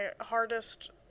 hardest